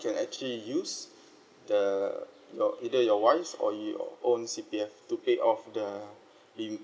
can actually use the your either your wife or your own C_P_F to pay off the